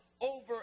over